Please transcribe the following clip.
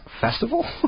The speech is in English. festival